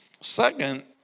Second